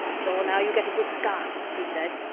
so, now you get a good scar, he said.